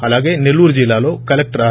అలాగే నెల్లూరు జిల్లాలో collector are